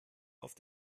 auf